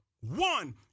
one